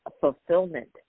fulfillment